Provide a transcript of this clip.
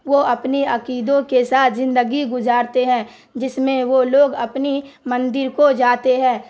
وہ اپنی عقیدوں کے ساتھ زندگی گزارتے ہیں جس میں وہ لوگ اپنی مندر کو جاتے ہیں